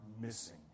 missing